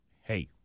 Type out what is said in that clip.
hey